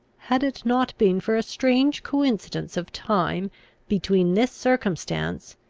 had it not been for a strange coincidence of time between this circumstance,